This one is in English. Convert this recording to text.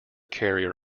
carrier